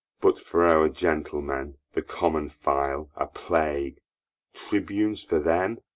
but for our gentlemen, the common file a plague tribunes for them